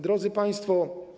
Drodzy Państwo!